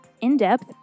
in-depth